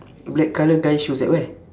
black colour guy shoes at where